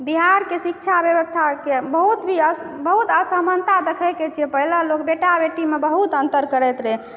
बिहारके शिक्षा व्यवस्थाके बहुत असमानता देखै छियै पहिले लोक बेटा बेटीमे बहुत अन्तर करैत रहै